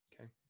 Okay